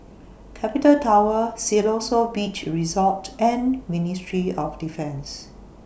Capital Tower Siloso Beach Resort and Ministry of Defence